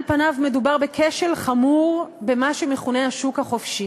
על פניו מדובר בכשל חמור במה שמכונה השוק החופשי.